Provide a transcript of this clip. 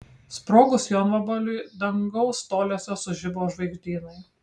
sprogus jonvabaliui dangaus toliuose sužibo žvaigždynai